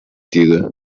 دیره